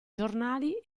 giornali